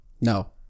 no